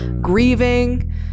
grieving